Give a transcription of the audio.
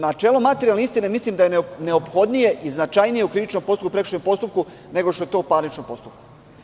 Načelo materijalne istine mislim da je neophodnije i značajnije u krivičnom postupku i prekršajnom postupku, nego što je to u parničnom postupku.